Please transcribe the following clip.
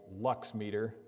Luxmeter